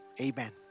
Amen